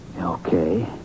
Okay